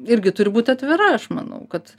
irgi turi būt atvira aš manau kad